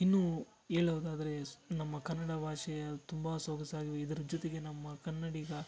ಇನ್ನೂ ಹೇಳೋದಾದ್ರೆ ಸ್ ನಮ್ಮ ಕನ್ನಡ ಭಾಷೆಯ ತುಂಬ ಸೊಗಸು ಹಾಗೂ ಇದರ ಜೊತೆಗೆ ನಮ್ಮ ಕನ್ನಡಿಗ